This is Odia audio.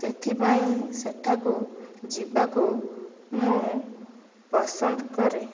ସେଥିପାଇଁ ସେଠାକୁ ଯିବାକୁ ମୁଁ ପସନ୍ଦ କରେ